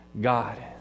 God